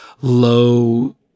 low